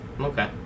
Okay